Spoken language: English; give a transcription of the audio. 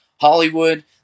Hollywood